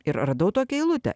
ir radau tokią eilutę